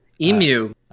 Emu